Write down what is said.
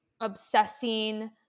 obsessing